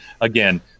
again